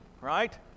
right